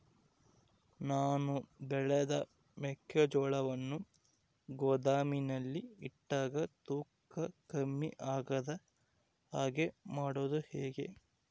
ನಾನು ಬೆಳೆದ ಮೆಕ್ಕಿಜೋಳವನ್ನು ಗೋದಾಮಿನಲ್ಲಿ ಇಟ್ಟಾಗ ತೂಕ ಕಮ್ಮಿ ಆಗದ ಹಾಗೆ ಮಾಡೋದು ಹೇಗೆ?